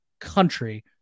country